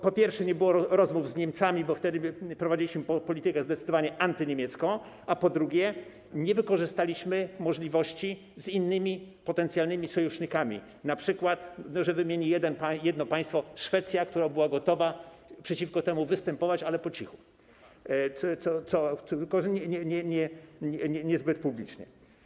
Po pierwsze, nie było rozmów z Niemcami, bo wtedy prowadziliśmy politykę zdecydowanie antyniemiecką, a po drugie, nie wykorzystaliśmy możliwości z innymi potencjalnymi sojusznikami, np., że wymienię jedno państwo, Szwecja, która była gotowa przeciwko temu występować, ale po cichu, a nie publicznie.